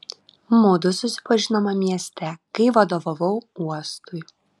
mudu susipažinome mieste kai vadovavau uostui